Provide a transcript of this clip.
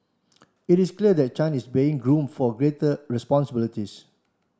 it is clear that Chan is being groomed for greater responsibilities